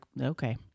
okay